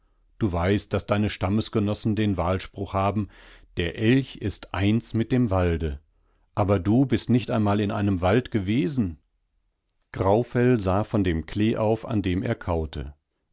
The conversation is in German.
du weißt daß deine stammesgenossen den wahlspruch haben der elch ist eins mit dem walde aberdubistnichteinmalineinemwaldgewesen graufell sah von dem klee auf an dem er kaute